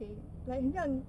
like 你要你